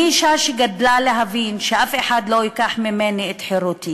אני אישה שגדלה להבין שאף אחד לא ייקח ממני את חירותי